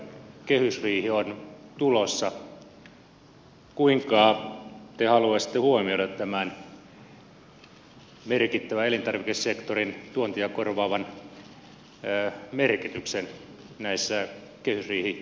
kehysriihi on tulossa kuinka te haluaisitte huomioida tämän merkittävän elintarvikesektorin tuontia korvaavan merkityksen näissä kehysriihikeskusteluissa myönteisellä tavalla